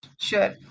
Sure